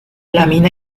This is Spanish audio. lámina